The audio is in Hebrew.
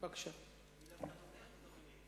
אני דווקא תומך בתוכנית.